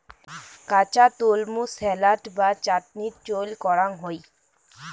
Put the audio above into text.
কাঁচা তলমু স্যালাড বা চাটনিত চইল করাং হই